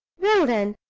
well, then,